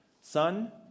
Son